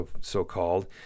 so-called